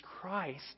Christ